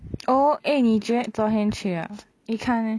oh eh 你觉昨天去啊 which [one] leh